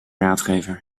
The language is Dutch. raadgever